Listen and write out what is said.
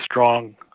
strong